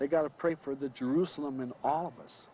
they got to pray for the jerusalem and all of us